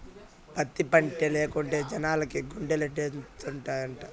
పత్తి పంటే లేకుంటే జనాలకి గుడ్డలేడనొండత్తనాయిట